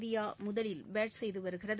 India முதலில் bat செய்து வருகிறது